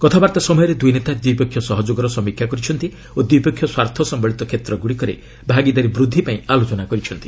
କଥାବାର୍ତ୍ତା ସମୟରେ ଦୁଇ ନେତା ଦ୍ୱିପକ୍ଷିୟ ସହଯୋଗର ସମୀକ୍ଷା କରିଛନ୍ତି ଓ ଦ୍ୱିପକ୍ଷିୟ ସ୍ୱାର୍ଥ ସମ୍ଭଳିତ କ୍ଷେତ୍ରଗୁଡ଼ିକରେ ଭାଗିଦାରୀ ବୃଦ୍ଧି ପାଇଁ ଆଲୋଚନା କରିଛନ୍ତି